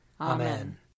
Amen